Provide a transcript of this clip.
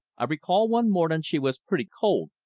i recall one mornin' she was pretty cold,